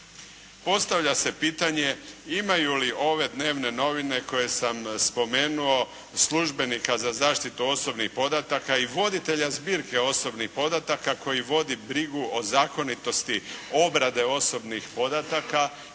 Postavlja se pitanje imaju li ove dnevne novine koje sam spomenuo službenika za zaštitu osobnih podataka i voditelja zbirke osobnih podataka koji vodi brigu o zakonitosti obrade osobnih podataka,